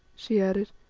she added,